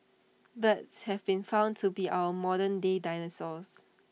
birds have been found to be our modern day dinosaurs